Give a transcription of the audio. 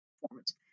performance